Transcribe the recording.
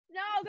no